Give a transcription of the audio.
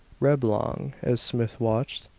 reblong, as smith watched,